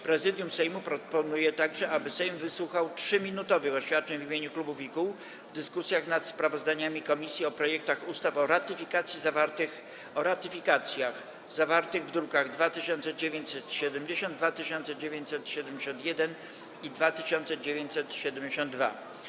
Prezydium Sejmu proponuje także, aby Sejm wysłuchał 3-minutowych oświadczeń w imieniu klubów i kół w dyskusjach nad sprawozdaniami komisji o projektach ustaw o ratyfikacjach zawartych w drukach nr 2970, 2971 i 2972.